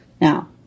Now